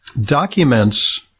documents